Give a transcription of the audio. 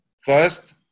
First